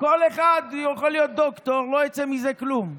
כל אחד יכול להיות דוקטור, לא יצא מזה כלום.